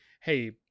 hey